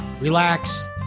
relax